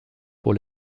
pour